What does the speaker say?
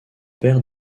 perd